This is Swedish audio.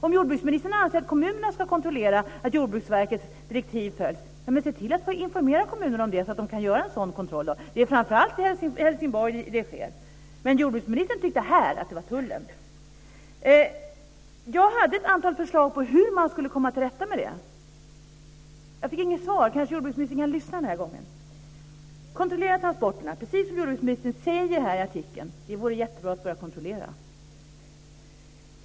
Om jordbruksministern anser att kommunerna ska kontrollera att Jordbruksverkets direktiv följs, måste hon informera kommunerna om det så att de kan göra en sådan kontroll. Det är framför allt i Helsingborg det sker. Men här tyckte jordbruksministern att det var tullen som skulle göra det. Jag hade ett antal förslag på hur man skulle komma till rätta med detta. Jag fick inget svar. Jordbruksministern kan kanske lyssna den här gånger. Man måste kontrollera transporterna, precis som jordbruksministern säger i artikeln. Det vore jättebra om man började kontrollera.